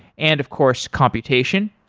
and of course, computation.